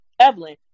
Evelyn